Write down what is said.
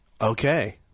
Okay